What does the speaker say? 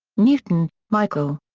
newton, michael.